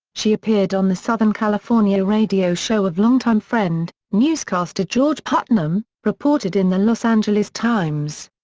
she appeared on the southern california radio show of longtime friend, newscaster george putnam, reported in the los angeles times.